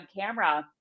camera